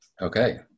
Okay